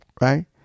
Right